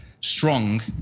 strong